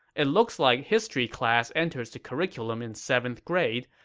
it looks like history class enters the curriculum in seventh grade,